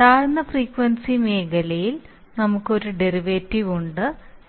താഴ്ന്ന ഫ്രീക്വൻസി മേഖലയിൽ നമുക്ക് ഒരു ഡെറിവേറ്റീവ് ഉണ്ട്